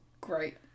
great